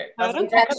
okay